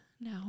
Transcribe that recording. no